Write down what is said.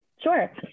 Sure